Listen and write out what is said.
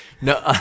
No